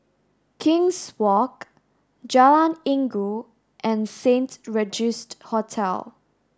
King's Walk Jalan Inggu and Saint Regis Hotel